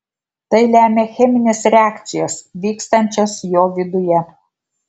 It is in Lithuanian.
tai lemia cheminės reakcijos vykstančios jo viduje